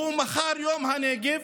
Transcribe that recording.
מחר יום הנגב,